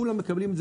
כולם מקבלים.